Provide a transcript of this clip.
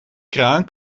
kraan